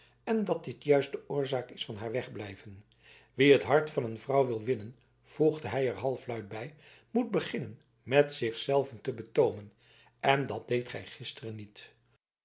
en dat dit juist de oorzaak is van haar wegblijven wie het hart van een vrouw wil winnen voegde hij er halfluid bij moet beginnen met zich zelven te betoomen en dat deedt gij gisteren niet